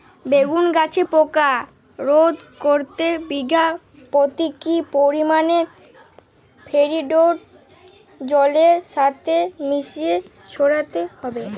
বেগুন গাছে পোকা রোধ করতে বিঘা পতি কি পরিমাণে ফেরিডোল জলের সাথে মিশিয়ে ছড়াতে হবে?